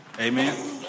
Amen